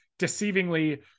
deceivingly